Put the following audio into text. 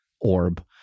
orb